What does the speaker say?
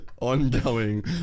ongoing